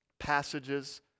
passages